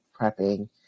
prepping